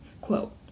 quote